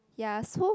ya so